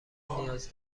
نیاز